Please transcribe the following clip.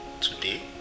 Today